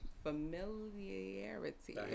Familiarity